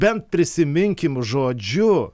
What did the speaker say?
bent prisiminkim žodžiu